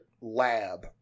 lab